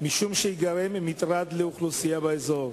ייגרם מטרד לאוכלוסייה באזור.